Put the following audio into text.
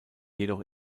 jedoch